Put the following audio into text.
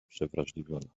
przewrażliwiona